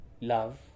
love